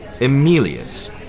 Emilius